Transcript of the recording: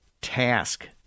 task